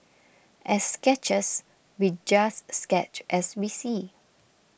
as sketchers we just sketch as we see